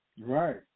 right